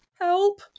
help